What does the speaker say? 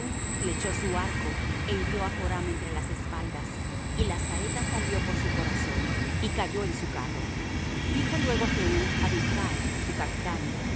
flechó su arco é hirió á joram entre las espaldas y la saeta salió por su corazón y cayó en su carro dijo luego jehú á bidkar su capitán